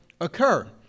occur